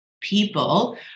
People